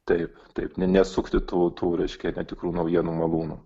taip taip ne nesukti tų tų reiškia netikrų naujienų malūnų